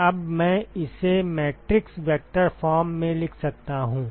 तो अब मैं इसे मैट्रिक्स वेक्टर फॉर्म में लिख सकता हूं